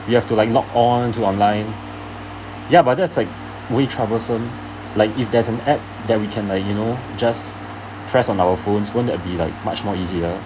we have to like log on to online ya but that's like way troublesome like if there's an app that we can like you know just press on our phone going to be like much more easier